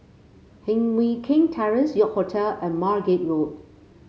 Heng Mui Keng Terrace York Hotel and Margate Road